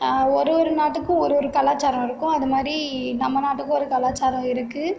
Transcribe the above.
ஒரு ஒரு நாட்டுக்கும் ஒரு ஒரு கலாச்சாரம் இருக்கும் அதுமாதிரி நம்ம நாட்டுக்கும் ஒரு கலாச்சாரம் இருக்குது